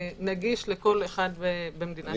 נגיש לכל אחד במדינת ישראל.